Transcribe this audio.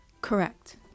Correct